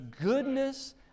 Goodness